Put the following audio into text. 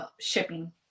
shipping